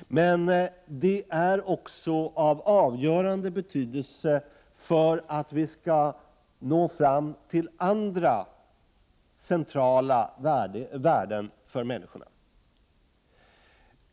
men den är också av avgörande betydelse för att vi skall nå fram till andra centrala värden för människorna.